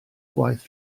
gwaith